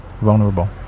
vulnerable